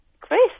Chris